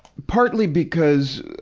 partly because, ah,